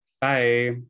Bye